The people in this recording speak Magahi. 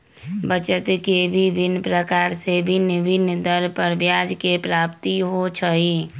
बचत के विभिन्न प्रकार से भिन्न भिन्न दर पर ब्याज के प्राप्ति होइ छइ